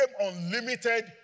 unlimited